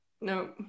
no